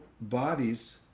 bodies